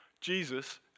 Jesus